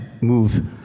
move